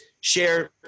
share